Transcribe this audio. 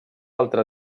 altre